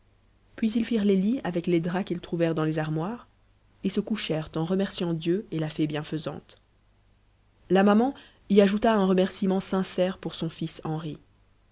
puis ils firent les lits avec les draps qu'ils trouvèrent dans les armoires et se couchèrent en remerciant dieu et la fée bienfaisante la maman y ajouta un remerciement sincère pour son fils henri